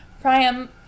Priam